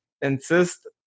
insist